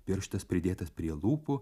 pirštas pridėtas prie lūpų